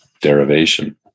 derivation